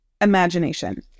imagination